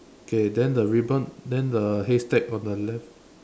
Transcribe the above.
okay then the ribbon then the haystack on the left